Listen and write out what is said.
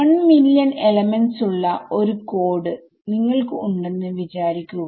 1 million elements ഉള്ള ഒരു code നിങ്ങൾക്ക് ഉണ്ടെന്ന് വിചാരിക്കുക